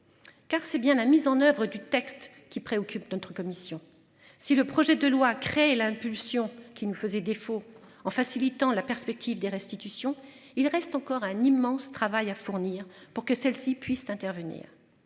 Car c'est bien la mise en oeuvre du texte qui préoccupent notre commission. Si le projet de loi créé l'impulsion qui nous faisait défaut en facilitant la perspective des restitutions, il reste encore un immense travail à fournir pour que celles-ci puissent intervenir.